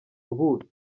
ubuhe